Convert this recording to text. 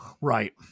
Right